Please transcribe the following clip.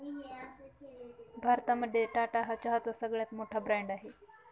भारतामध्ये टाटा हा चहाचा सगळ्यात मोठा ब्रँड आहे